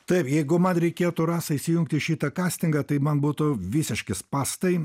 taip jeigu man reikėtų rasa įsijungt į šitą kastingą tai man būtų visiški spąstai